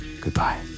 goodbye